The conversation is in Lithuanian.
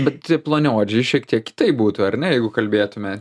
bet ploniaodžiai šiek tiek kitaip būtų ar ne jeigu kalbėtume